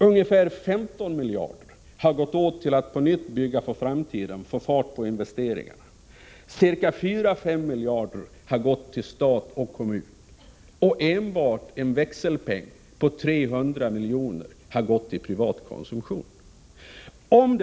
Ungefär 15 miljarder har gått åt till att bygga för framtiden, för att få fart på investeringarna. Ca 4-5 miljarder har gått till stat och kommun. Endast en växelpeng på 300 miljoner har gått till privat konsumtion.